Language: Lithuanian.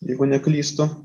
jeigu neklystu